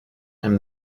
him